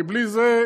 כי בלי זה,